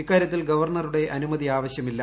ഇക്കാര്യത്തിൽ ഗവർണറുടെ അനുമതി ആവശ്യമില്ല